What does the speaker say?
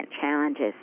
challenges